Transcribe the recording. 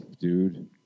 dude